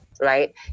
right